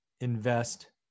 invest